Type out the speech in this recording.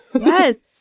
Yes